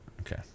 Okay